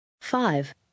Five